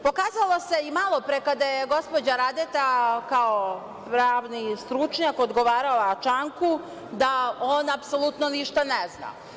Pokazalo se i malopre kada je gospođa Radeta kao pravni stručnjak odgovarala Čanku da on apsolutno ništa ne zna.